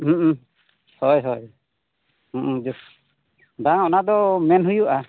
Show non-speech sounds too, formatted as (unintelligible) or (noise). (unintelligible) ᱦᱳᱭ ᱦᱳᱭ (unintelligible) ᱵᱮᱥ ᱵᱟᱝ ᱚᱱᱟᱫᱚ ᱢᱮᱱ ᱦᱩᱭᱩᱜᱼᱟ